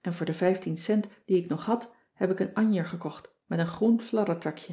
en voor de vijftien cent die ik nog had heb ik een anjer gekocht met een groen fladdertakje